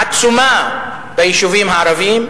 העצומה ביישובים הערביים,